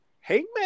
Hangman